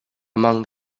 among